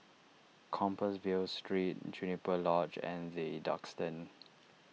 Compassvale Street Juniper Lodge and the Duxton